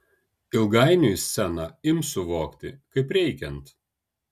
ilgainiui sceną ims suvokti kaip reikiant